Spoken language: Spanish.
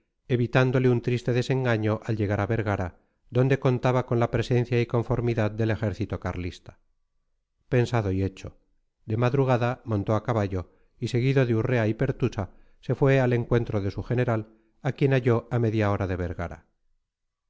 evitándole un triste desengaño al llegar a vergara donde contaba con la presencia y conformidad del ejército carlista pensado y hecho de madrugada montó a caballo y seguido de urrea y pertusa se fue al encuentro de su general a quien halló a media hora de vergara